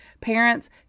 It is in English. Parents